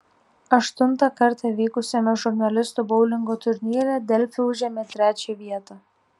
aštuntą kartą vykusiame žurnalistų boulingo turnyre delfi užėmė trečią vietą